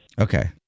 Okay